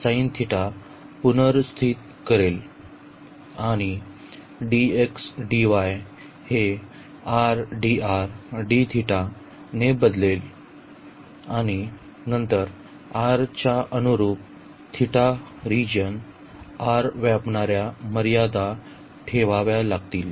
हेपुनर्स्थित करेल आणि dx dy हे ने बदलले जाईल आणि नंतर r च्या अनुरुप θ प्रदेश R व्यापणार्या मर्यादा ठेवाव्या लागतील